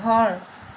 ঘৰ